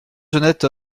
honnête